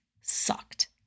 sucked